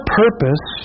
purpose